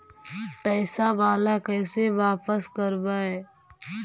पैसा बाला कैसे बापस करबय?